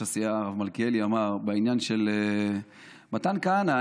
הסיעה הרב מלכיאלי אמר בעניין של מתן כהנא.